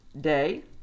day